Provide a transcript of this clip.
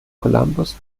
columbus